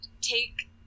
take